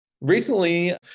Recently